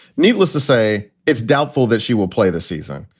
needless to say, it's doubtful that she will play the season.